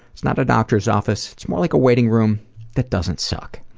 it's not a doctor's office. it's more like a waiting room that doesn't suck.